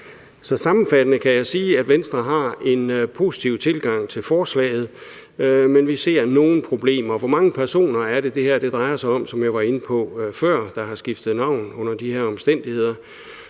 Sammenfattende kan jeg sige, at Venstre har en positiv tilgang til forslaget, men vi ser nogle problemer. Hvor mange personer er det, det her drejer sig om, som jeg var inde på før, der har skiftet navn under de her omstændigheder?